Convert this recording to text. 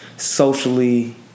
socially